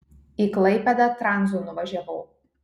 į klaipėdą tranzu nuvažiavau